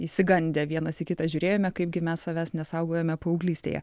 išsigandę vienas į kitą žiūrėjome kaip gi mes savęs nesaugojome paauglystėje